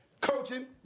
Coaching